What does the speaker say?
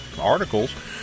articles